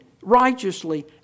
righteously